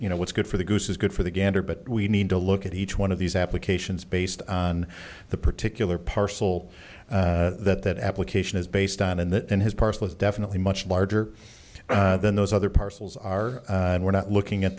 you know what's good for the goose is good for the gander but we need to look at each one of these applications based on the particular parcel that that application is based on and that in his parcel is definitely much larger than those other parcels are and we're not looking at